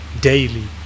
daily